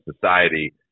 society